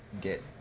get